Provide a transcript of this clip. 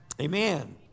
Amen